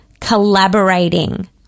collaborating